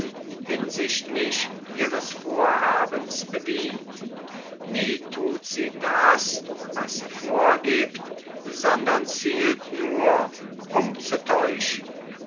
hinsichtlich ihres vorhabens bedient nie thut sie das was sie vorgiebt sondern zielt nur um zu täuschen